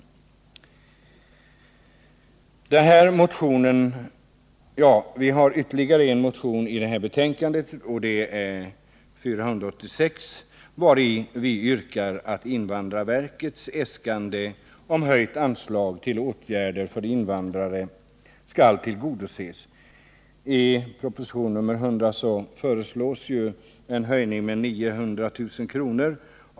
Ytterligare en av våra motioner behandlas i betänkandet. Det är motionen 486, vari vi yrkar att invandrarverkets äskande om höjt anslag till åtgärder för invandrare skall tillgodoses. I propositionen nr 100 föreslås en höjning med 900 000 kr.